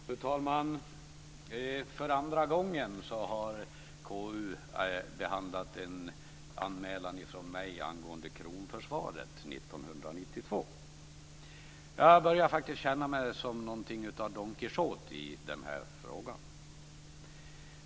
Fru talman! För andra gången har KU behandlat en anmälan från mig angående kronförsvaret 1992. Jag börjar faktiskt känna mig som något av Don Quijote i den här frågan.